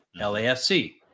LAFC